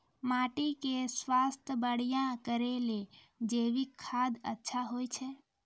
माटी के स्वास्थ्य बढ़िया करै ले जैविक खाद अच्छा होय छै?